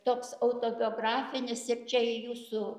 toks autobiografinis ir čia jūsų